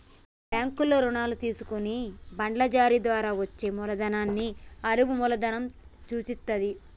బ్యాంకుల్లో రుణాలు తీసుకొని బాండ్ల జారీ ద్వారా వచ్చే మూలధనాన్ని అరువు మూలధనం సూచిత్తది